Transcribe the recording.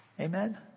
Amen